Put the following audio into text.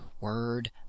word